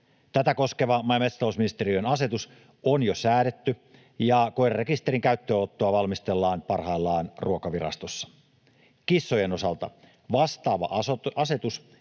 Tätä koskeva maa‑ ja metsätalousministeriön asetus on jo säädetty, ja koirarekisterin käyttöönottoa valmistellaan parhaillaan Ruokavirastossa. Kissojen osalta vastaava asetus